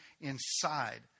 inside